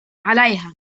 عليها